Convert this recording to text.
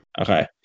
Okay